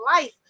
life